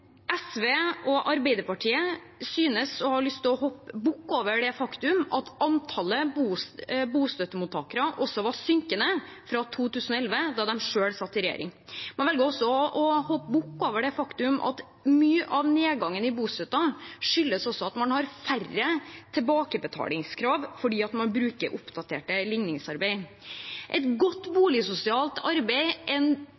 SV og Arbeiderpartiet synes å ha lyst til å hoppe bukk over det faktum at antallet bostøttemottakere også var synkende fra 2011, da de selv satt i regjering. Man velger også å hoppe bukk over det faktum at mye av nedgangen i bostøtten skyldes at man har færre tilbakebetalingskrav fordi man bruker oppdatert ligning. Et godt